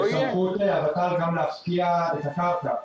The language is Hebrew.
בסמכות הות"ל גם להפקיע את הקרקע.